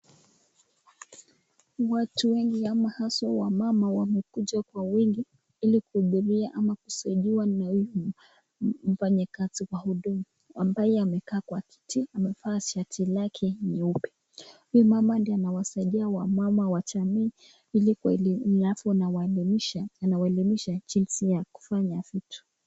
Watu wengi ama hazwa wamama wamekuja kwa wingi ili kuhudhuria ama kusaidiwa na huyu mfanyikazi wa huduma ambaye amekaa kwa kiti amevaa shati lake nyeupe. Huyu mama ndiye anawasaidia wamama wa jamii ili na kuwaelimisha jinsi ya kufanya vitu.